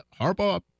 Harbaugh